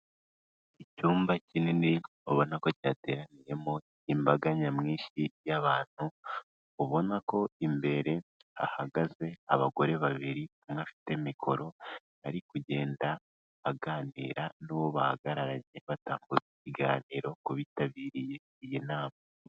Icyumba kinini ubona ko cyateraniyemo imbaga nyamwinshi y'abantu, ubona ko imbere hahagaze abagore babiri, umwe afite mikoro ari kugenda aganira n'uwo bahagararanye batanga ibiganiro kuko bitabiriye iyi nama.